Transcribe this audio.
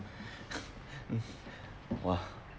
!wah!